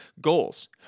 Goals